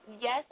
Yes